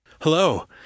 Hello